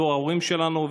בדור ההורים שלנו.